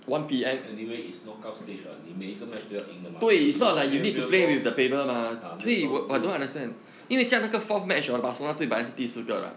anyway it's knockout stage 你每一个都要赢的吗没有说没有没有说 ah 没有说 lu~